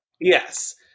Yes